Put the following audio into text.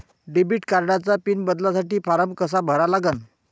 Debit कार्डचा PIN बदलासाठी form कसा भरा लागन?